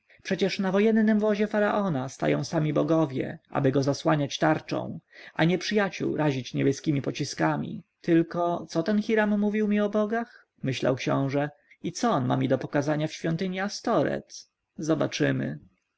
przecież na wojennym wozie faraona stają sami bogowie ażeby go zasłaniać tarczą a nieprzyjaciół razić niebieskiemi pociskami tylko co ten hiram mówił mi o bogach myślał książę i co on mi ma pokazać w świątyni astoreth zobaczymy